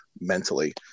mentally